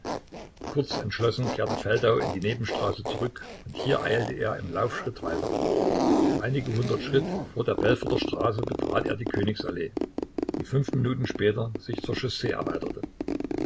kurz entschlossen kehrte feldau in die nebenstraße zurück und hier eilte er im laufschritt weiter einige hundert schritt vor der belforter straße betrat er die königs allee die fünf minuten später sich zur chaussee erweiterte